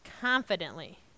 confidently